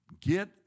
get